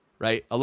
right